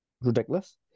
Ridiculous